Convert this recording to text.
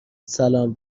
سلام